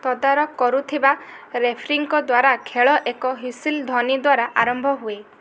ତଦାରଖ କରୁଥିବା ରେଫରୀଙ୍କ ଦ୍ୱାରା ଖେଳ ଏକ ହ୍ୱିସିଲ୍ ଧ୍ୱନି ଦ୍ୱାରା ଆରମ୍ଭ ହୁଏ